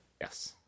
Yes